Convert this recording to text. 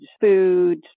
Food